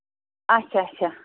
اچھا اچھا